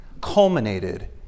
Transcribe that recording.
culminated